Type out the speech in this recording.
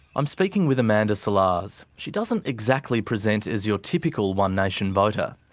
i'm speaking with amanda sillars. she doesn't exactly present as your typical one nation voter.